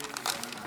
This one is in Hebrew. אינו נוכח,